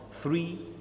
three